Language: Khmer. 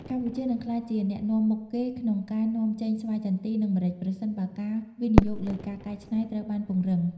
កម្ពុជានឹងក្លាយជាអ្នកនាំមុខគេក្នុងការនាំចេញស្វាយចន្ទី និងម្រេច ប្រសិនបើការវិនិយោគលើការកែច្នៃត្រូវបានពង្រឹង។